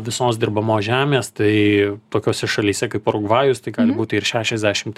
visos dirbamos žemės tai tokiose šalyse kaip urugvajus tai gali būti ir šešiasdešimt